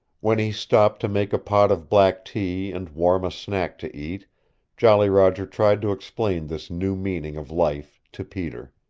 when he stopped to make a pot of black tea and warm a snack to eat jolly roger tried to explain this new meaning of life to peter.